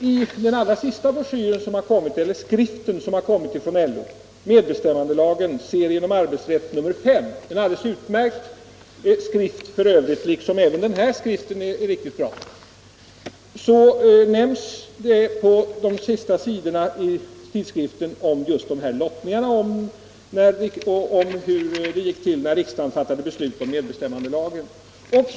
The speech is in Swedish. I den senaste skriften som kommit från LO, ”Medbestämmandelagen”, nr 5 i serien om arbetsrätt — och den skriften är f. ö. liksom den jag nyss nämnde riktigt bra — nämns på de sista sidorna just lottningarna och där beskrivs hur det gick till då riksdagen fattade beslut om medbcsläm.mandelaglen.